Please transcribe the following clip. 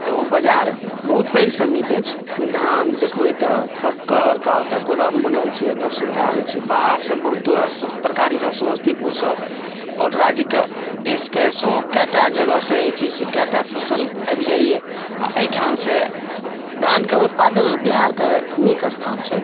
तऽ ओ बजार बहुत पैघ समिति अछि जे धान देखबै तऽ बड़का बड़का ओतय गोदाम बनल छै एतय सुविधा होइत छै बाहरसँ बहुतो रास तरकारीसभ समस्तीपुरसँ आओर राज्यके देशके सेहो कएटा जगहसँ जे छै से कएटा फसल आबि जाइए आ एहिठामसँ धानके उत्पादनमे बिहारके नीक स्थान छै